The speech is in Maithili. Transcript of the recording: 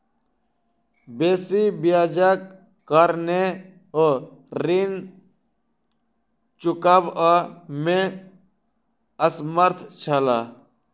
बेसी ब्याजक कारणेँ ओ ऋण चुकबअ में असमर्थ छला